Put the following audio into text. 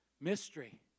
mystery